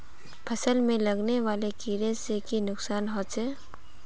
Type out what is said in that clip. फसल में लगने वाले कीड़े से की नुकसान होचे?